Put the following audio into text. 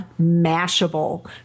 Mashable